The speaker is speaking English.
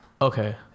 okay